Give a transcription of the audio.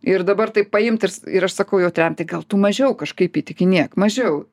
ir dabar taip paimti ir ir aš sakau jautriam tai gal tu mažiau kažkaip įtikinėk mažiau